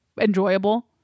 enjoyable